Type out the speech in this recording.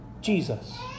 Jesus